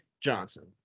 Johnson